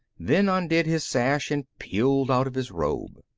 then undid his sash and peeled out of his robe.